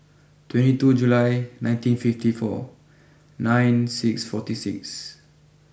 twenty two July nineteen fifty four nine six forty six